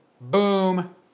Boom